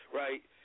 right